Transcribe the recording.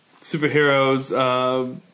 superheroes